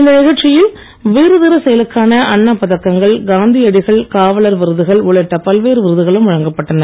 இந்த நிகழ்ச்சியில் வீரதீர செயலுக்கான அண்ணா பதக்கங்கள் காந்தியடிகள் காவலர் விருதுகள் உள்ளிட்ட பல்வேறு விருதுகளும் வழங்கப்பட்டன